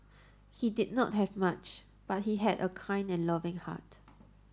he did not have much but he had a kind and loving heart